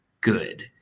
good